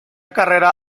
carrera